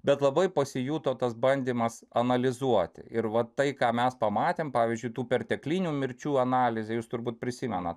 bet labai pasijuto tas bandymas analizuoti ir va tai ką mes pamatėm pavyzdžiui tų perteklinių mirčių analizė jūs turbūt prisimenat